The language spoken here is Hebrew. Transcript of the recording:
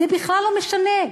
זה בכלל לא משנה.